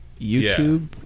YouTube